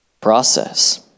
process